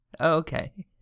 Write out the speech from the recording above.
okay